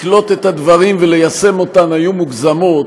לקלוט את הדברים וליישם אותם היו מוגזמות.